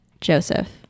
Joseph